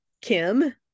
kim